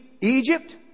Egypt